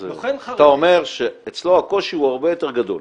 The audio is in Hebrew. אומר שאצלו הקושי הוא הרבה יותר גדול,